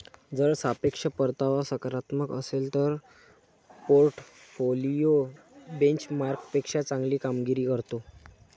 जर सापेक्ष परतावा सकारात्मक असेल तर पोर्टफोलिओ बेंचमार्कपेक्षा चांगली कामगिरी करतो